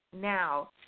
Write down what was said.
now